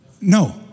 No